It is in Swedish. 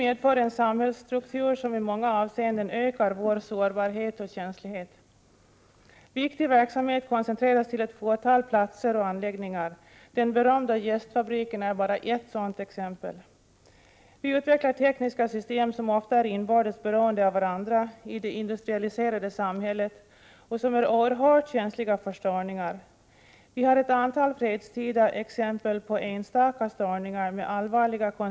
Även teknikutvecklingen och de tekniska systemens inbördes beroende i det industrialiserade samhället medför ökad sårbarhet och känslighet för störningar.